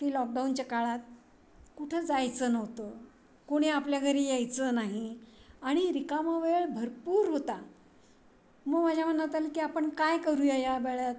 ती लॉकडाऊनच्या काळात कुठं जायचं नव्हतं कोणी आपल्या घरी यायचं नाही आणि रिकामा वेळ भरपूर होता मग माझ्या मनात आलं की आपण काय करूया या वेळात